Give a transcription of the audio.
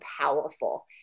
powerful